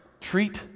treat